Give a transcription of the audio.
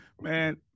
Man